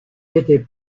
n’étaient